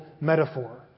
metaphor